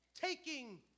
Taking